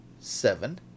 seven